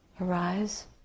arise